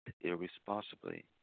irresponsibly